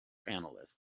analyst